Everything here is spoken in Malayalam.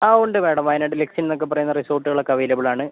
ആ ഉണ്ട് മേഡം വയനാട്ടിൽ ലക്സ് ഇൻ എന്നൊക്കെ പറയുന്ന റിസോർട്ടുകൾ ഒക്കെ അവൈലബിൾ ആണ്